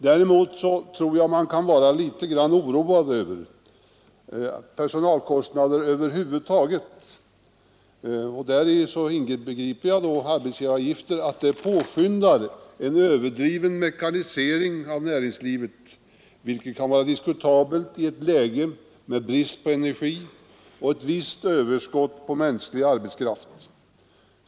Däremot tror jag att man kan vara litet oroad över att personalkostnaderna över huvud taget och däri inbegriper jag då arbetsgivaravgifterna — påskyndar en överdriven mekanisering av näringslivet, något som kan vara diskutabelt i ett läge med brist på energi och ett visst överskott på mänsklig arbetskraft.